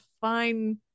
fine